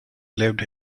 lived